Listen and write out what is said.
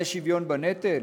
זה שוויון בנטל?